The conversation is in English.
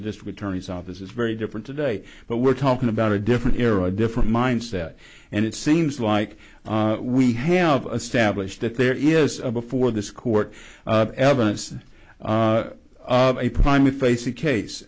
the district attorney's office is very different today but we're talking about a different era a different mindset and it seems like we have a stablished that there is a before this court evidence of a prime we face a case